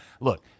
Look